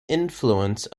influence